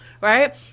right